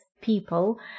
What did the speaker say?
people